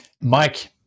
Mike